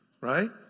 right